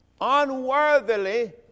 unworthily